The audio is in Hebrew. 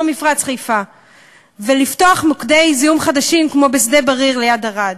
מפרץ חיפה ולפתוח מוקדי זיהום חדשים כמו שדה-בריר ליד ערד.